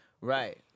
Right